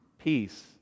peace